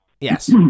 yes